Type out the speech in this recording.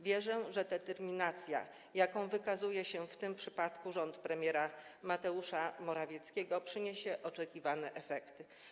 Wierzę, że determinacja, jaką wykazuje się w tym przypadku rząd premiera Mateusza Morawieckiego, przyniesie oczekiwane efekty.